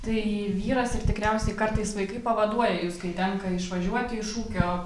tai vyras ir tikriausiai kartais vaikai pavaduoja jus kai tenka išvažiuoti iš ūkio